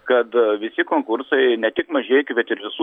kad visi konkursai ne tik mažeikių bet ir visų